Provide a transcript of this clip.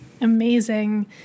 Amazing